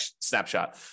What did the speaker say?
snapshot